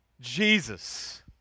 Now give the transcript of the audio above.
Jesus